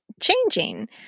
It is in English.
changing